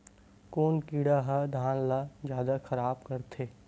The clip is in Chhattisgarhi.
कोन कीड़ा ह धान ल जादा खराब करथे?